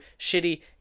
shitty